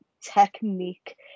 technique